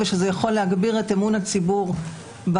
ושזה יכול להגביר את אמון הציבור ברשויות,